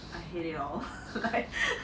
I hate it all like